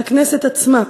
מהכנסת עצמה.